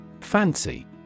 Fancy